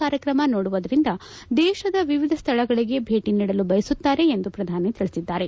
ಕಾರ್ಯಕ್ರಮ ನೋಡುವುದರಿಂದ ದೇಶದ ವಿವಿಧ ಸ್ಥಳಗಳಿಗೆ ಭೇಟಿ ನೀಡಲು ಬಯಸುತ್ತಾರೆ ಎಂದು ಪ್ರಧಾನಿ ತಿಳಿಸಿದ್ದಾರೆ